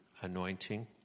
anointing